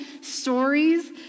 stories